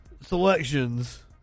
selections